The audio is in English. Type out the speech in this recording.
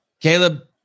Caleb